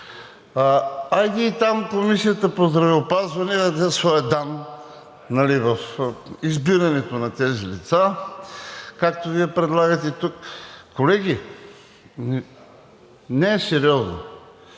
Хайде и там Комисията по здравеопазване да даде своя дан в избирането на тези лица, както Вие предлагате тук. Колеги, не е сериозно.